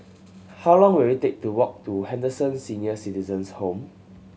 how long will it take to walk to Henderson Senior Citizens' Home